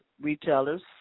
retailers